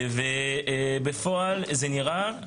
ובפועל זה נראה,